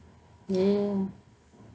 ya ya